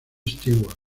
stewart